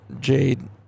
jade